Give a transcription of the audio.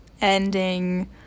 ending